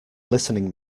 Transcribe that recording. listening